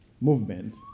movement